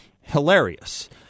hilarious